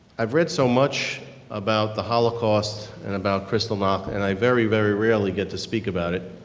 i've read so much about the holocaust and about kristallnacht and i very very rarely get to speak about it.